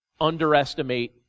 underestimate